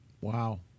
Wow